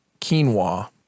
quinoa